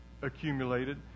accumulated